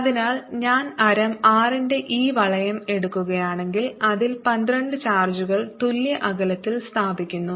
അതിനാൽ ഞാൻ ആരം R ന്റെ ഈ വളയo എടുക്കുകയാണെങ്കിൽ അതിൽ 12 ചാർജുകൾ തുല്യ അകലത്തിൽ സ്ഥാപിക്കുന്നു